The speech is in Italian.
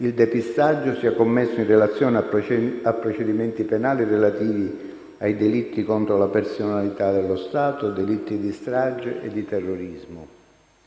il depistaggio sia commesso in relazione a procedimenti penali relativi ai delitti contro la personalità dello Stato, delitti di strage e di terrorismo.